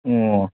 ꯑꯣ